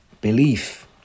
belief